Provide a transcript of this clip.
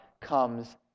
comes